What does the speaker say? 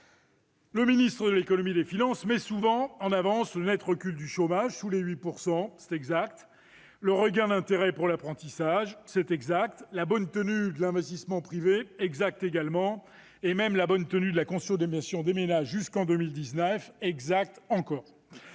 Le ministre de l'économie, des finances et de la relance met souvent en avant le net recul du chômage, sous les 8 %- c'est exact -, le regain d'intérêt pour l'apprentissage- exact là aussi -, la bonne tenue de l'investissement privé- exact également -, et même la bonne tenue de la consommation des ménages jusqu'en 2019- exact encore.